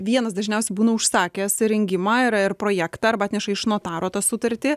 vienas dažniausiai būna užsakęs įrengimą yra ir projektą arba atneša iš notaro tą sutartį